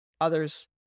others